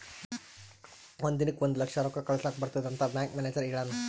ಒಂದ್ ದಿನಕ್ ಒಂದ್ ಲಕ್ಷ ರೊಕ್ಕಾ ಕಳುಸ್ಲಕ್ ಬರ್ತುದ್ ಅಂತ್ ಬ್ಯಾಂಕ್ ಮ್ಯಾನೇಜರ್ ಹೆಳುನ್